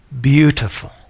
beautiful